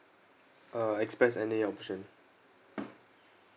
uh express N_A option